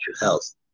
health